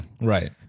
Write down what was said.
right